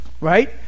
Right